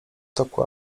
toku